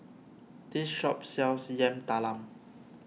this shop sells Yam Talam